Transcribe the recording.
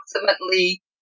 approximately